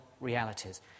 realities